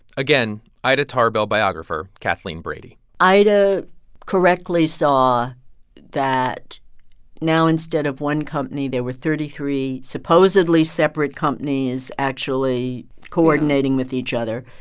again, ida tarbell biographer, kathleen brady ida correctly saw that now, instead of one company, there were thirty three supposedly separate companies actually coordinating with each other.